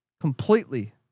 completely